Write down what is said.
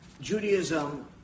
Judaism